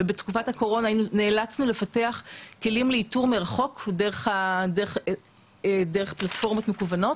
ובתקופת הקורונה נאלצנו לפתח כלים לאיתור מרחוק דרך פלטפורמות מקוונות.